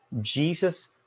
Jesus